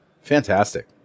fantastic